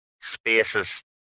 spaces